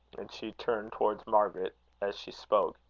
and she turned towards margaret as she spoke.